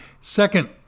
Second